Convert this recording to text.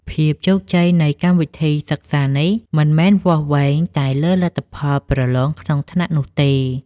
ភាពជោគជ័យនៃកម្មវិធីសិក្សានេះ មិនមែនវាស់វែងតែលើលទ្ធផលប្រឡងក្នុងថ្នាក់នោះទេ។